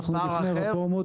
מספר אחר?